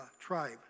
tribe